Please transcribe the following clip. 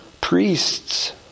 priests